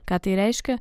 ką tai reiškia